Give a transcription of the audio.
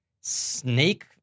snake